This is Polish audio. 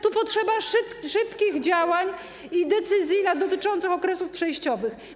Tu potrzeba szybkich działań i decyzji dotyczących okresów przejściowych.